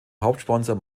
hauptsponsor